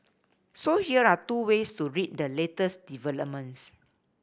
so here are two ways to read the latest developments